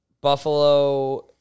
Buffalo